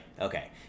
okay